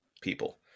people